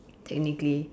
technically